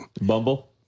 Bumble